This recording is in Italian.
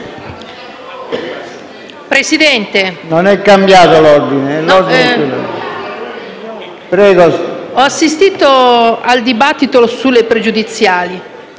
Presidente, ho assistito al dibattito sulle questioni